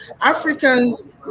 Africans